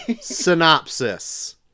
Synopsis